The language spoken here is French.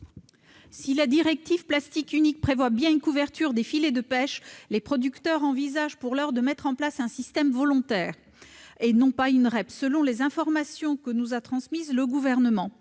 Si la directive sur les plastiques à usage unique prévoit bien une couverture des filets de pêche, les producteurs envisagent, pour l'heure, de mettre en place un système volontaire et non pas une REP, selon les informations que nous a transmises le Gouvernement.